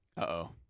uh-oh